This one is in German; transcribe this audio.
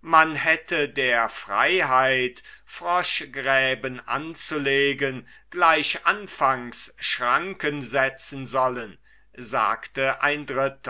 man hätte der freiheit frosch gräben anzulegen gleich anfangs schranken setzen sollen sagte ein dritter